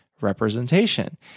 representation